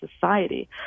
society